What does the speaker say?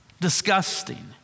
disgusting